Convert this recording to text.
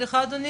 סליחה, אדוני